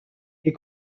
les